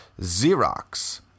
Xerox